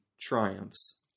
triumphs